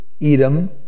Edom